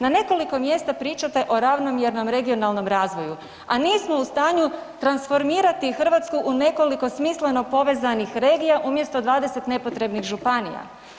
Na nekoliko mjesta pričate o ravnomjernom regionalnom razvoju a nismo u stanju transformirati Hrvatsku u nekoliko smisleno povezanih regija umjesto 20 nepotrebni županija.